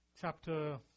Chapter